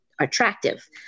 attractive